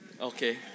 Okay